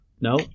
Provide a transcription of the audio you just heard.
No